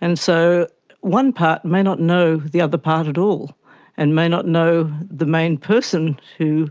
and so one part may not know the other part at all and may not know the main person who